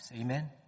Amen